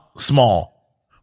small